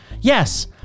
Yes